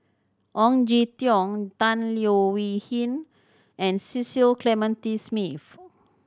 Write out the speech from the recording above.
Ong Jin Teong Tan Leo Wee Hin and Cecil Clementi Smith